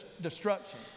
destruction